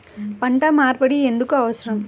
పంట మార్పిడి ఎందుకు అవసరం?